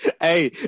hey